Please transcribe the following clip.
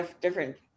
different